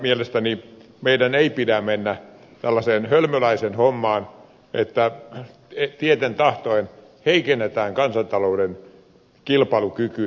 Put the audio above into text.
mielestäni meidän ei pidä mennä tällaiseen hölmöläisen hommaan että tieten tahtoen heikennetään kansantalouden kilpailukykyä